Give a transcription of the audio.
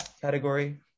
category